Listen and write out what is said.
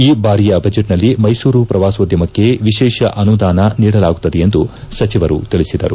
ಈ ಬಾರಿಯ ಬಜೆಟ್ನಲ್ಲಿ ಮೈಸೂರು ಪ್ರವಾಸೋದ್ಯಮಕ್ಕೆ ವಿಶೇಷ ಅನುದಾನ ನೀಡಲಾಗುತ್ತದೆ ಎಂದು ಸಚಿವರು ತಿಳಿಸಿದರು